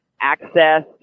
access